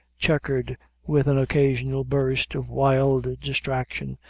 checkered with an occasional burst of wild distraction,